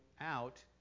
out